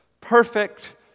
perfect